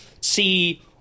see